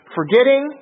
Forgetting